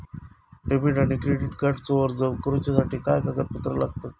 Debit आणि credit कार्डचो अर्ज करुच्यासाठी काय कागदपत्र लागतत?